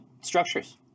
structures